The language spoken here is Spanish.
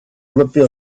propio